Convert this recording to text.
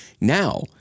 now